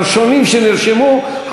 הראשונים שנרשמו,